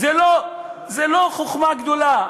זו לא חוכמה גדולה.